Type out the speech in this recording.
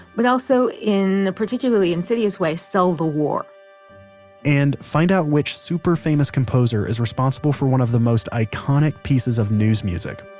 but also in a particularly insidious way sell the war and, find out which super-famous composer is responsible for one of the most iconic pieces of news music.